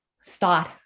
start